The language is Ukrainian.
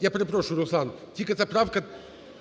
Я перепрошую, Руслан, тільки це правка